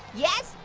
yes.